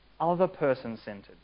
other-person-centered